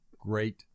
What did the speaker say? great